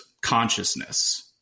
consciousness